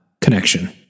connection